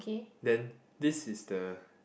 then this is the